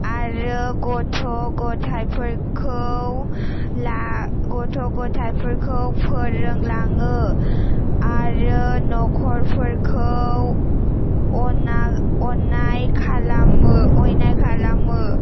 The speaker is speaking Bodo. आरो गथ' ग'थाइफोरखौ गथ' ग'थाइफोरखौ फोरोंलाङो आरो न'खरफोरखौ अयनाय खालामो